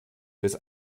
bis